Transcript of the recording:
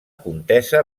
contesa